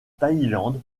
thaïlande